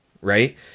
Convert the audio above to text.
right